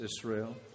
Israel